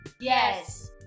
Yes